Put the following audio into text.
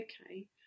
Okay